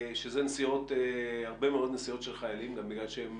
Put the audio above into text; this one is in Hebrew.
שזה הרבה מאוד נסיעות של חיילים, גם בגלל שהם